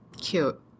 Cute